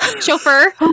Chauffeur